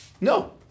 No